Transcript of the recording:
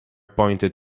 pointed